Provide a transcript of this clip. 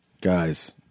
Guys